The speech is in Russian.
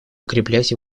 укреплять